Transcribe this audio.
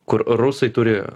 kur rusai turi